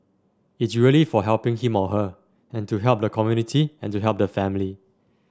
it's really for helping him or her and to help the community and to help the family